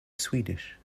swedish